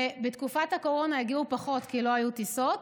בתקופת הקורונה הגיעו פחות כי לא היו טיסות.